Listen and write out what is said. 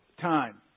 time